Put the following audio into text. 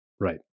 right